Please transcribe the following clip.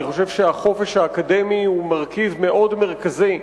אני חושב שהחופש האקדמי הוא מרכיב מאוד מרכזי בחירויות,